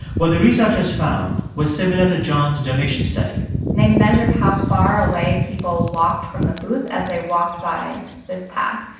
what the researchers found was similar to john's donation study they measured how far away people walked from the booth as they walked by this path.